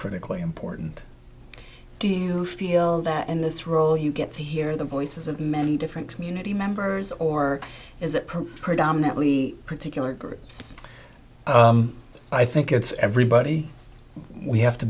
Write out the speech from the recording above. critically important do you feel that in this role you get to hear the voices of many different community members or is it predominantly particular groups i think it's everybody we have to